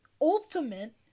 Ultimate